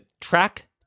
track